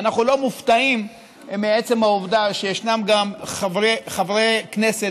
לא מופתעים מעצם העובדה שיש גם חברי כנסת